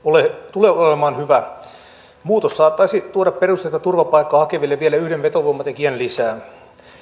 tule olemaan hyvä muutos saattaisi tuoda perusteetta turvapaikkaa hakeville vielä yhden vetovoimatekijän lisää